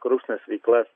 korupcines veiklas